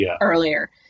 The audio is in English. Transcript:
earlier